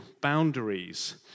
boundaries